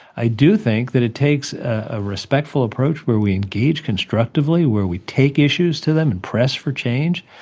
i do think that it takes a respectful approach where we engage constructively, where we take issues to them and press for change.